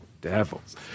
devils